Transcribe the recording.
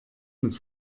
mit